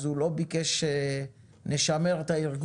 אז הוא לא ביקש לשמר את הארגון,